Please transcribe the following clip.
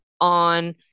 on